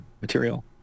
material